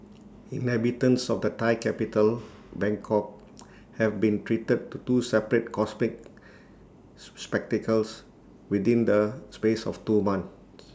inhabitants of the Thai capital Bangkok have been treated to two separate cosmic spectacles within the space of two months